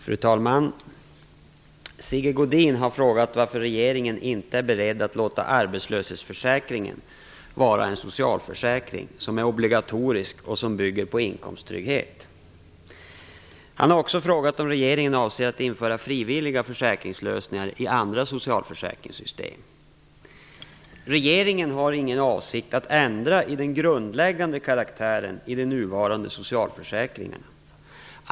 Fru talman! Sigge Godin har frågat varför regeringen inte är beredd att låta arbetslöshetsförsäkringen vara en socialförsäkring som är obligatorisk och som bygger på inkomsttrygghet. Han har också frågat om regeringen avser att införa frivilliga försäkringslösningar i andra socialförsäkringssystem. Regeringen har ingen avsikt att ändra i den grundläggande karaktären i de nuvarande socialförsäkringarna.